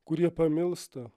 kurie pamilsta